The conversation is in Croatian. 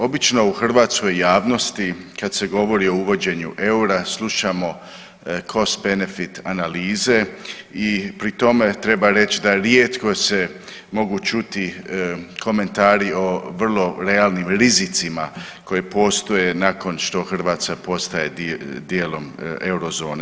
Obično u hrvatskoj javnosti, kad se govori o uvođenju eura slušamo cost benefit analize i pri tome treba reći da rijetko se mogu čuti komentari o vrlo realnim rizicima koji postoje nakon što Hrvatska postaje dijelom Eurozone.